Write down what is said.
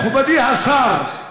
מכובדי השר,